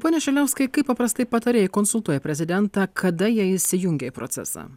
pone šiliauskai kaip paprastai patarėjai konsultuoja prezidentą kada jie įsijungia į procesą